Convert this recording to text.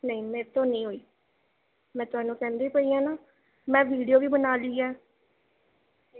ਨਹੀਂ ਮੇਰੇ ਤੋਂ ਨਹੀਂ ਹੋਈ ਮੈਂ ਤੁਹਾਨੂੰ ਕਹਿੰਦੀ ਪਈ ਹਾਂ ਨਾ ਮੈਂ ਵੀਡੀਓ ਵੀ ਬਣਾ ਲਈ ਹੈ